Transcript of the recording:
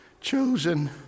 chosen